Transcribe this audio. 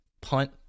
Punt